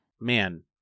Man